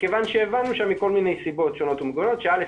מכיוון שהבנו שם מכל מיני סיבות שונות ומגוונות שא.